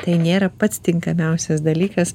tai nėra pats tinkamiausias dalykas